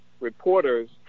reporters